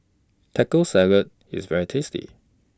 Taco Salad IS very tasty